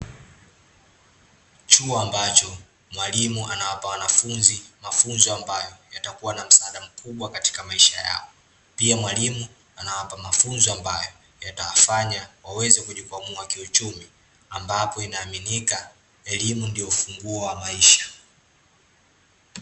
Chuo ambacho, mwalimu anawapa wanafunzi mafunzo ambayo, yatakuwa na msaada mkubwa katika maisha yao. Pia mwalimu, anawapa mafunzo ambayo, yatawafanya, waweze kujikwamua kiuchumi, ambapo inaaminika, elimu ndio ufunguo wa maisha.